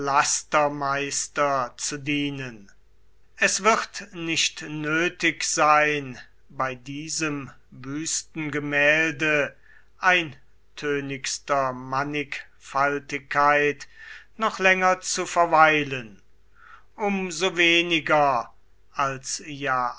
lastermeister zu dienen es wird nicht nötig sein bei diesem wüsten gemälde eintönigster mannigfaltigkeit noch länger zu verweilen um so weniger als ja